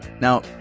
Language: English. Now